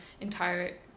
entire